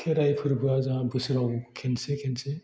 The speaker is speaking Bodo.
खेराइ फोरबोआ जोंहा बोसोराव खनसे खनसे